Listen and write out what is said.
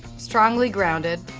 strongly grounded,